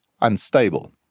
unstable